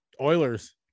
Oilers